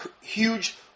huge